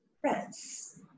friends